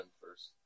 first